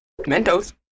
Mentos